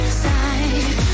side